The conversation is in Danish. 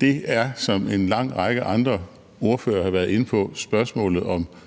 Det er, som en lang række andre ordførere har været inde på, spørgsmålet om